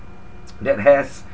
that has